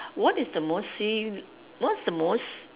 what is the mostly what's the most